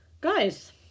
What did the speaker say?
guys